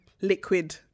liquid